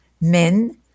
men